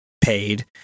paid